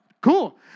Cool